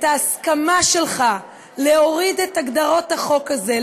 את ההסכמה שלך להוריד את הגדרות החוק הזה,